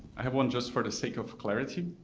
have one just for the sake of clarity.